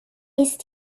ist